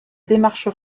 démarche